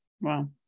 Wow